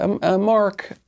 Mark